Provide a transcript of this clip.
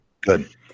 Good